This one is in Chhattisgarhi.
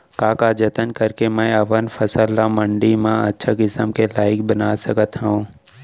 का का जतन करके मैं अपन फसल ला मण्डी मा अच्छा किम्मत के लाइक बना सकत हव?